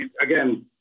again